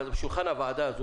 בשולחן הוועדה הזאת,